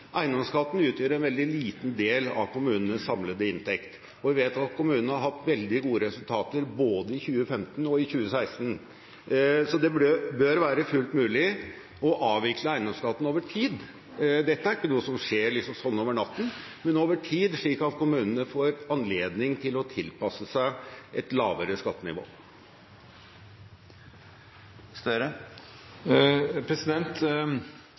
eiendomsskatten. Eiendomsskatten utgjør en veldig liten del av kommunenes samlede inntekt, og vi vet at kommunene har hatt veldig gode resultater både i 2015 og i 2016, så det bør være fullt mulig å avvikle eiendomsskatten over tid. Dette er ikke noe som skjer sånn over natten, men over tid, slik at kommunene får anledning til å tilpasse seg et lavere skattenivå.